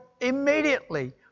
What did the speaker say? immediately